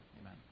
Amen